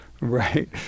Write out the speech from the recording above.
Right